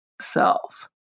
cells